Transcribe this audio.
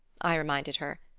i reminded her,